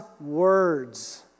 words